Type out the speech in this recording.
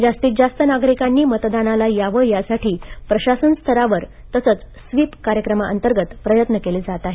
जास्तीत जास्त नागरिकांनी मजदानाला यावे यासाठी प्रशासन स्तरावर तसंच स्विप कार्यक्रमाअंतर्गत प्रयत्न केले जात आहेत